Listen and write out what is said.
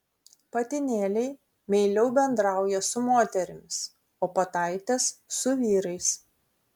patinėliai meiliau bendrauja su moterimis o pataitės su vyrais